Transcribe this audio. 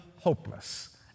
hopeless